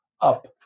up